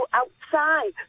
outside